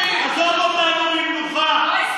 עזוב אותנו במנוחה.